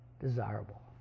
desirable